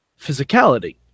physicality